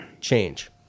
change